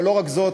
אבל לא רק זאת.